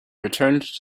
returned